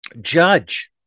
judge